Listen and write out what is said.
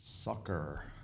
Sucker